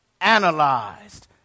analyzed